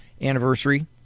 anniversary